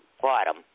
bottom